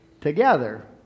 together